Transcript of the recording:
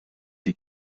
die